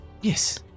Yes